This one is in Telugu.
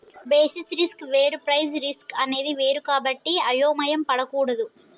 బేసిస్ రిస్క్ వేరు ప్రైస్ రిస్క్ అనేది వేరు కాబట్టి అయోమయం పడకూడదు